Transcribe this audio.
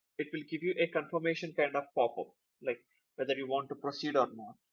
it will give you a confirmation kind of a popup like whether you want to proceed or not.